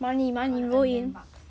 going to earn them bucks